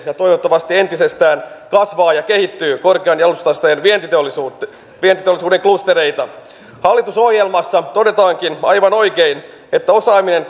ja toivottavasti entisestään kasvaa ja kehittyy korkean jalostusasteen vientiteollisuuden vientiteollisuuden klustereita hallitusohjelmassa todetaankin aivan oikein että osaaminen